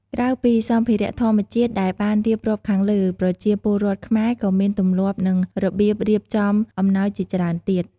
ក្រៅពីសម្ភារៈធម្មជាតិដែលបានរៀបរាប់ខាងលើ ប្រជាពលរដ្ឋខ្មែរក៏មានទម្លាប់ និងរបៀបរៀបចំអំណោយជាច្រើនទៀត។